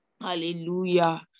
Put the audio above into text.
Hallelujah